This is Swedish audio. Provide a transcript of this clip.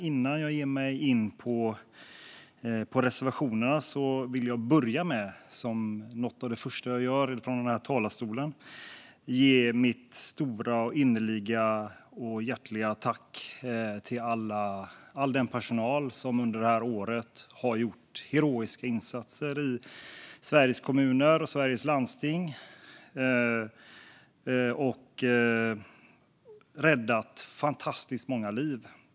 Innan jag ger mig in på reservationerna vill jag som något av det första jag gör i den här talarstolen framföra mitt stora, innerliga och hjärtliga tack till all den personal som det senaste året har gjort heroiska insatser i Sveriges kommuner och Sveriges regioner. De har räddat fantastiskt många liv.